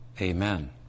amen